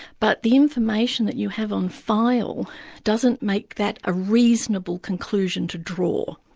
but the information that you have on file doesn't make that a reasonable conclusion to draw.